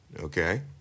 Okay